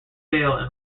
sale